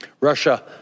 Russia